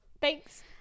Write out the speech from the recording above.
thanks